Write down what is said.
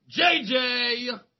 JJ